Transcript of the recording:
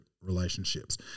relationships